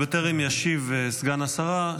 בטרם ישיב סגן השרה,